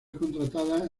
contratada